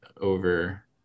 over